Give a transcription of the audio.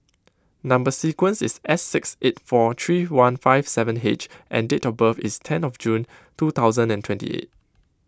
Number Sequence is S six eight four three one five seven H and date of birth is ten of June two thousand and twenty eight